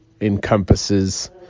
encompasses